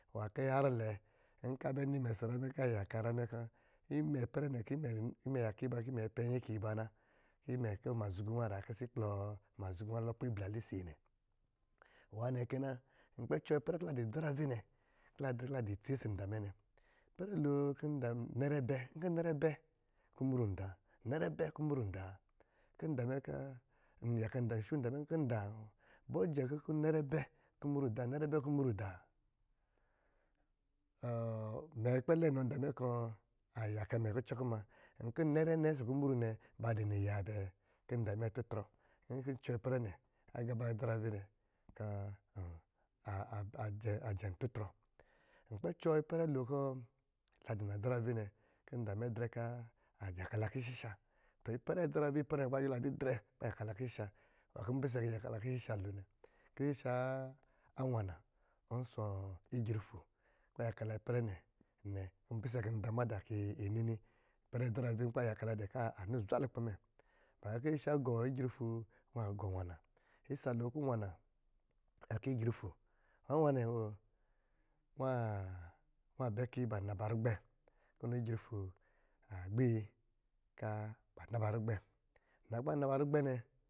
Nwá kó yarɔ lɛɛ nkó a bɛ nimɛ ɔsɔ̄ nyrá mɛ kɔ̄ a yaka nyrá mɛ kɔ̄ imɛ ipɛrɛ nɛ imɛ pɛ nnyi ka iba na, imɛ kɔ̄ mazhugu a kisis kplɔɔ mazhugu a lɔ kpiblá lisis ne. Nná nɛ ke, nkpɛ cuwɔ ipɛrɛ kɔ̄ ladɔ adzarave nɛ, kɔ̄ la drɛ kɔ̄ lo itsi ɔsɔ̄ nda mɛ nɛ, ipɛrɛ lo kɔ̄ nnɛrɛ bɛ kumru da nɛrɛ bɛ kumru da, wa, kɔ̄ nda mɛ kɔ̄ n yaka nda mɛ nkɔ̄ nda ibɔ̄ jɛ kɔ̄ nɛrɛ bɛ kumru da-nɛrɛ bɛ kɔ̄ kumru da? Ɔ mɛ kpɛ lɛn nɔ nda mɛ kɔ̄ a yaka mɛ kucɔ kɔ̄ mna, nkɔ̄ nɛrɛ nɛ ɔsɔ̄ kumru nɛ ba dɔ̄ niya bɛ? Kó nda mɛ a tutrɔ, nkó n cuwɔ ipɛrɛ nɛ agá ba adzarave kò a jɛm tutrɔ, n kpɛ cuwɔ ipɛrɛ lo kó la da nadzarave nɛ kó nda mɛ drɛ kó a ya kala kishisha, tɔ ipɛrɛ adzarave ipɛrɛ nɛ kó ba yuwɔ la didrɛ kó ba yaka la kishisha nwá kó npisɛ kó yaka la kishisha lo nɛ kishisha a nwana ɔsɔ̄ ijrifo kó ba yaka la ipɛrɛ nɛ nɛ kɔ̄ npisɛ kɔ̄ nda madá kó yi nini ipɛrɛ adzarave kó ga yaka la dɛ́ kɔ̄ a nɔ zwa lukpɛ mɛ ba kɔ̄ kishisha gɔ ijrifo nwá gɔ nwana isa lo kɔ̄ nwana ako ijrifo n nwanɛ nwoa nwá bɛ kɔ̄ iba naba rugbɛ́ kɔ̄ nɔ ijrifo agbi kɔ̄ ba na ba rugbɛ nna kó ba na ba rugbɛ́ nɛ.